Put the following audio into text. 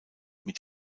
mit